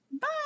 bye